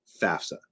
FAFSA